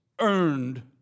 earned